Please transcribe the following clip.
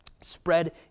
spread